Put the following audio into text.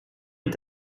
est